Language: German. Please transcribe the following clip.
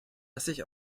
sich